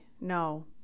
No